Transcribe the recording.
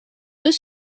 deux